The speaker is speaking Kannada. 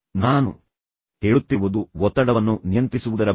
ನಾನು ಹೇಳುತ್ತಿರುವುದು ಒತ್ತಡವನ್ನು ನಿಯಂತ್ರಿಸುವುದರ ಬಗ್ಗೆ